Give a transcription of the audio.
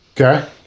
Okay